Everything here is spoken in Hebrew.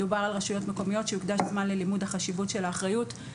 דובר על רשויות מקומיות שיוקדש זמן ללימוד החשיבות של האחריות.